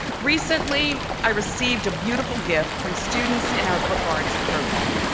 recently, i received a beautiful gift from students in our book arts program.